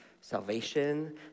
salvation